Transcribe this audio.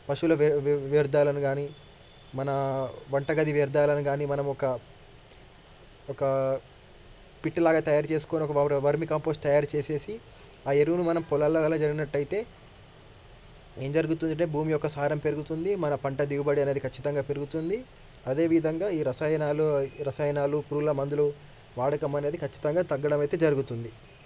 పశువుల వ్యర్ధాలను గానీ మన వంటగది వ్యర్ధాలను గానీ మనం ఒక ఒక పిట్టు లాగా తయారు చేసుకొని ఒక వర్మి కంపోస్ట్ తయారు చేసేసి ఆ ఎరువును మనం పొలాలలో జల్లినట్టయితే ఏం జరుగుతుంది అంటే భూమి యొక్క సారం పెరుగుతుంది మన పంట దిగుబడి అనేది ఖచ్చితంగా పెరుగుతుంది అదేవిధంగా ఈ రసాయనాలు రసాయనాలు పురుగుల మందులు వాడకమనేది ఖచ్చితంగా తగ్గడం అయితే జరుగుతుంది